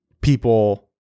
people